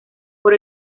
por